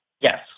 Yes